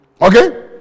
Okay